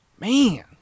Man